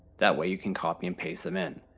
that way you can copy and paste them in.